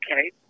okay